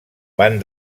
van